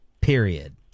period